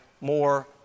more